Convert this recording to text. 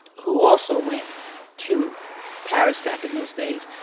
who also went to paris back in those days,